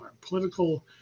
political